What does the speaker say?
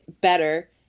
better